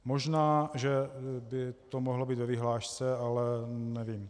Možná že by to mohlo být ve vyhlášce, ale nevím.